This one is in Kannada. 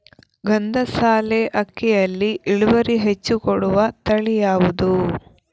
ಗಂಧಸಾಲೆ ಅಕ್ಕಿಯಲ್ಲಿ ಇಳುವರಿ ಹೆಚ್ಚು ಕೊಡುವ ತಳಿ ಯಾವುದು?